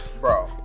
bro